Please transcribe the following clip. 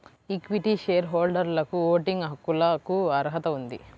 equity share హోల్డర్లకుఓటింగ్ హక్కులకుఅర్హత ఉంది